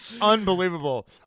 Unbelievable